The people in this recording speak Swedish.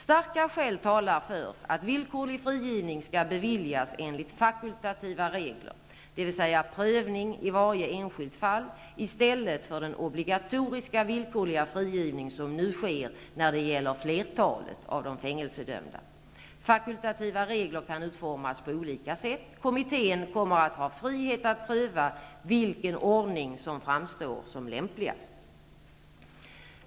Starka skäl talar för att villkorlig frigivning skall beviljas enligt fakultativa regler, dvs. prövning i varje enskilt fall i stället för den obligatoriska villkorliga frigivning som nu sker när det gäller flertalet av de fängelsedömda. Fakultativa regler kan utformas på olika sätt. Kommittén kommer att ha frihet att pröva vilken ordning som framstår som lämpligast.